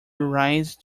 rise